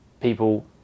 people